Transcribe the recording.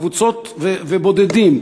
קבוצות ובודדים.